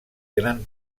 gran